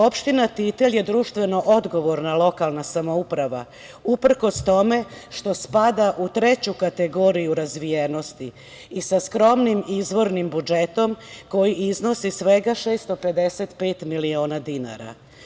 Opština Titel, je društveno odgovorna lokalna samouprava, uprkos tome što spada u treću kategoriju razvijenosti i sa skromnim izvornim budžetom koji iznosi svega 655 miliona dinara.